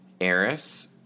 Eris